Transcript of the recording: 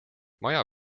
maja